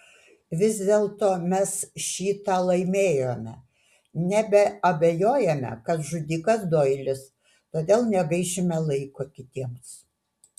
vis dėlto mes šį tą laimėjome nebeabejojame kad žudikas doilis todėl negaišime laiko kitiems